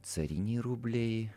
cariniai rubliai